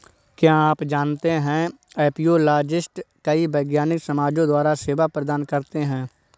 क्या आप जानते है एपियोलॉजिस्ट कई वैज्ञानिक समाजों द्वारा सेवा प्रदान करते हैं?